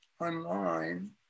online